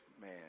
man